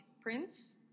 Prince